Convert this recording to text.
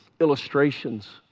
illustrations